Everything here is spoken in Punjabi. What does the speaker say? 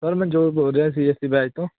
ਸਰ ਮਨਜੋਤ ਬੋਲ ਰਿਹਾ ਸੀ ਐੱਸ ਟੀ ਬੈਚ ਤੋਂ